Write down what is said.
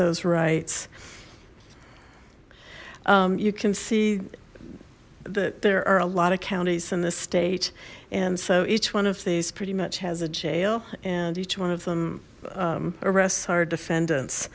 those rights you can see that there are a lot of counties in this state and so each one of these pretty much has a jail and each one of them arrests our defendants